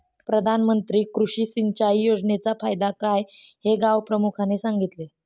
प्रधानमंत्री कृषी सिंचाई योजनेचा फायदा काय हे गावप्रमुखाने सांगितले